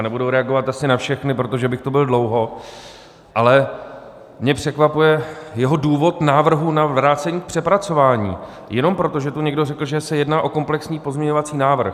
Nebudu reagovat asi na všechny, protože bych tu byl dlouho, ale mě překvapuje jeho důvod návrhu na vrácení k přepracování jenom proto, že tu někdo řekl, že se jedná o komplexní pozměňovací návrh.